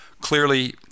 clearly